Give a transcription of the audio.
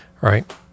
right